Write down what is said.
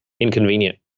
inconvenient